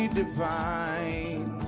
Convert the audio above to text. divine